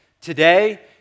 today